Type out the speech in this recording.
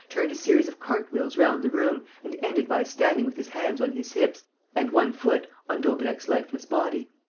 turned a series of cartwheels round the room and ended by standing with his hands on his hips and one foot on daubrecq's lifeless body.